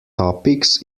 topics